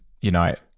unite